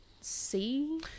see